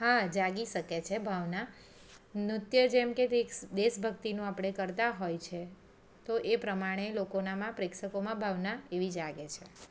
હા જાગી શકે છે ભાવના નૃત્ય જેમકે દેશ દેશભક્તિનું આપણે કરતાં હોય છે તો એ પ્રમાણે લોકોનામાં પ્રેક્ષકોમાં ભાવના એવી જાગે છે